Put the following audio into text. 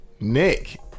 Nick